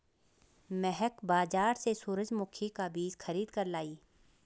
महक बाजार से सूरजमुखी का बीज खरीद कर लाई